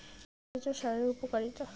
কেঁচো সারের উপকারিতা?